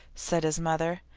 said his mother.